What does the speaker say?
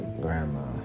grandma